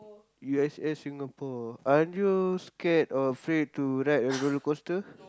U_S_S Singapore aren't you scared or afraid to ride a roller-coaster